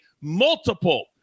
multiple